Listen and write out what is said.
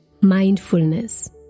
mindfulness